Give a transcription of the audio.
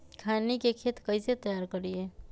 खैनी के खेत कइसे तैयार करिए?